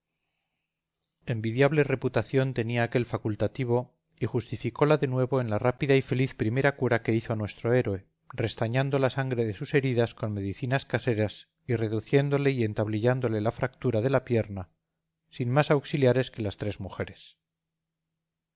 envidiable reputación tenía aquel facultativo y justificola de nuevo en la rápida y feliz primera cura que hizo a nuestro héroe restañando la sangre de sus heridas con medicinas caseras y reduciéndole y entablillándole la fractura de la pierna sin más auxiliares que las tres mujeres